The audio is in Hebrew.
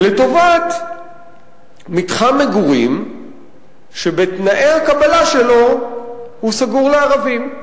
לטובת מתחם מגורים שבתנאי הקבלה שלו הוא סגור לערבים.